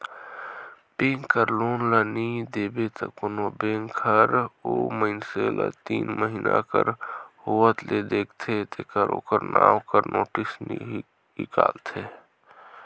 bank कर loan ल नी देबे त कोनो बेंक हर ओ मइनसे ल तीन महिना कर होवत ले देखथे तेकर ओकर नांव कर नोटिस हिंकालथे